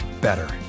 better